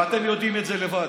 ואתם יודעים את זה לבד,